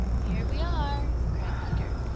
here we are! cried peter.